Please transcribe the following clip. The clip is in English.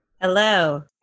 Hello